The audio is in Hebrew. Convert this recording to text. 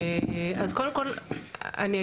כך